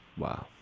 well